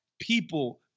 people